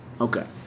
Okay